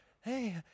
Hey